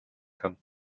kann